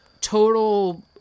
total